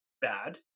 bad